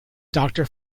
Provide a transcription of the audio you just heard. doctor